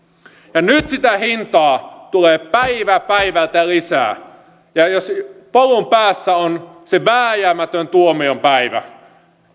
ja nyt sitä hintaa tulee päivä päivältä lisää ja jos polun päässä on se vääjäämätön tuomiopäivä